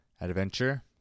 adventure